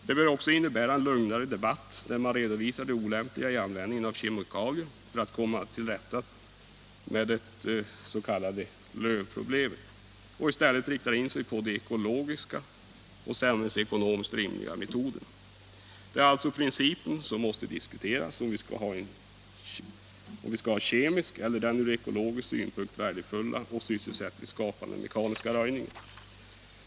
Det bör också innebära en lugnare debatt, där man redovisar det olämpliga i användningen av kemikalier för att komma till rätta med det s.k. lövproblemet och i stället riktar in sig på de ekologiskt och samhällsekonomiskt rimliga metoderna. Det är alltså principen som måste diskuteras — om vi skall ha kemisk eller den ur ekologisk synpunkt värdefulla och sysselsättningsskapande mekaniska röjningen.